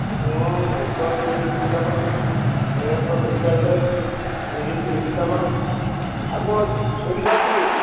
ମୁଁ ମୁଗ ନେବି ଦୁଇ କ୍ଵିଣ୍ଟାଲ୍ କୋଳଥ କ୍ଵିଣ୍ଟାଲ୍ଟେ ବିରି ତିନି କ୍ଵିଣ୍ଟାଲ୍ ଆଉ କ'ଣ ଅଛି ସୋରିଷ ଅଛି କି